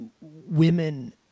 women